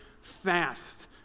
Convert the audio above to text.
fast